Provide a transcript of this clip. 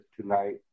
tonight